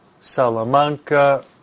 Salamanca